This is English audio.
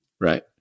right